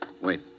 Wait